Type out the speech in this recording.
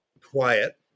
Quiet